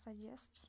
suggest